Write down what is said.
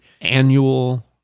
Annual